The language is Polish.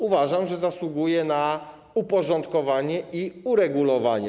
Uważam, że to zasługuje na uporządkowanie i uregulowanie.